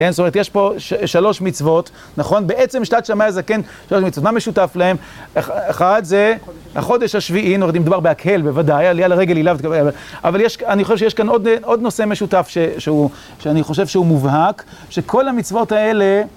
כן, זאת אומרת, יש פה שלוש מצוות, נכון? בעצם שתת שמי הזקן, שתי מצוות, מה משותף להם? אחד זה החודש השביעי, נורדים מדובר בהקהל בוודאי, עליה לרגל היא גם. אבל יש, אני חושב שיש כאן עוד נושא משותף שהוא, שאני חושב שהוא מובהק, שכל המצוות האלה,